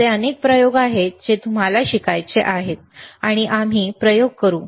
असे अनेक प्रयोग आहेत जे तुम्हाला शिकायचे आहेत आणि आम्ही प्रयोग करू